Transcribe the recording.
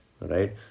right